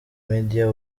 media